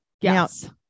Yes